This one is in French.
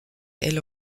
elle